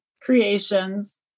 creations